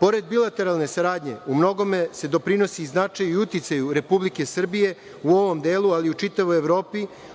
Pored bilateralne saradnje, u mnogome se doprinosi značaju i uticaju Republike Srbije u ovom delu, ali i u čitavoj Evropi